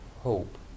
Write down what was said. hope